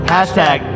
Hashtag